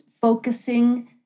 focusing